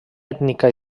ètnica